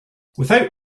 without